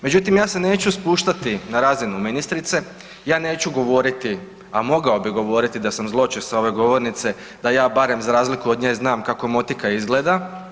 Međutim, ja se neću spuštati na razinu ministrice, ja neću govoriti, a mogao bih govoriti da sam zločest sa ove govornice da ja barem za razliku od nje znam kako motika izgleda.